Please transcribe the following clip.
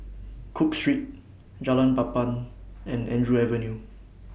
Cook Street Jalan Papan and Andrew Avenue